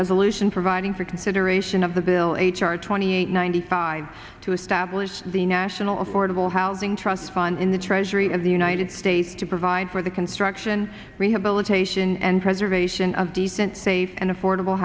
resolution providing for consideration of the bill h r twenty eight ninety five to establish the national affordable housing trust fund in the treasury and the united states to provide for the construction rehabilitation and preservation of decent safe and affordable